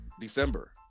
December